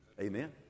Amen